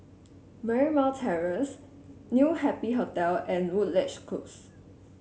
Marymount Terrace New Happy Hotel and Woodleigh Close